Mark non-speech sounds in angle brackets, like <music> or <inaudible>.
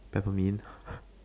peppermint <breath>